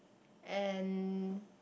and